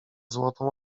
złotą